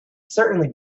certainly